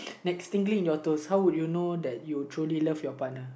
next tingling in your toes how would you know that you truly love your partner